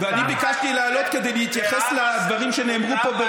ואני ביקשתי לעלות כדי להתייחס לדברים שנאמרו פה.